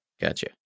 Gotcha